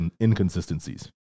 inconsistencies